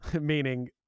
meaning